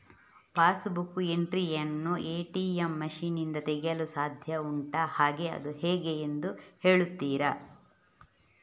Pass book entry ಯನ್ನು ATM machine ನಿಂದ ತೆಗೆಯಲು ಸಾಧ್ಯ ಉಂಟಾ ಹಾಗೆ ಅದು ಹೇಗೆ ಎಂದು ಹೇಳುತ್ತೀರಾ?